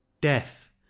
death